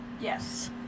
yes